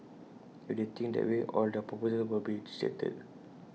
if they think that way all their proposals will be rejected